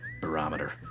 barometer